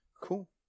Cool